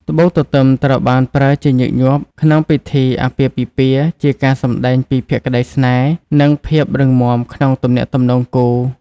ត្បូងទទឹមត្រូវបានប្រើជាញឹកញាប់ក្នុងពិធីអាពាហ៍ពិពាហ៍ ជាការសម្ដែងពីភក្ដីស្នេហ៍ និងភាពរឹងមាំក្នុងទំនាក់ទំនងគូ។